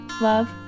love